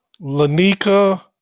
Lanika